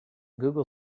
google